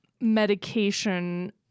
medication